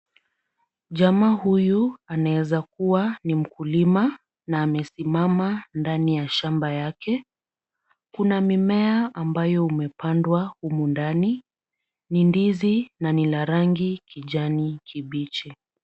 Jamaa huyu anaeza kuwa ni mkulima na amesimama ndani ya shamba yake, kuna mimea ambayo imepandwa humu ndani ni ndizi na ni la rangi kijani kibichi.